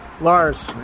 Lars